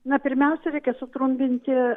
na pirmiausia reikia sutrumpinti